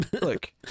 look